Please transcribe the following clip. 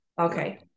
Okay